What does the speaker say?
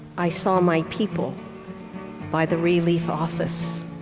i saw my people by the relief office.